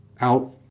out